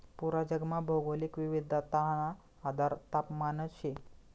पूरा जगमा भौगोलिक विविधताना आधार तापमानच शे